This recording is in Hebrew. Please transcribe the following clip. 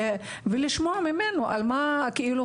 ולשמוע ממנו מה הטיעונים.